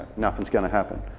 nothings going to happen.